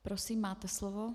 Prosím, máte slovo.